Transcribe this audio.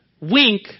wink